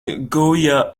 goya